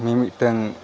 ᱢᱤᱼᱢᱤᱫᱴᱟᱝ